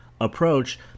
approach